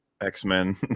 x-men